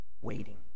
Waiting